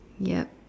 yup